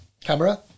camera